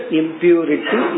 impurity